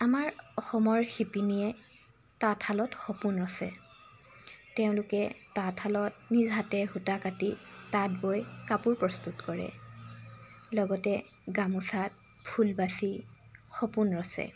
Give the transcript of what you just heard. আমাৰ অসমৰ শিপিনীয়ে তাঁতশালত সপোন ৰছে তেওঁলোকে তাঁতশালত নিজ হাতে সূতা কাটি তাঁত বৈ কাপোৰ প্ৰস্তুত কৰে লগতে গামোচাত ফুল বাচি সপোন ৰছে